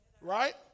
right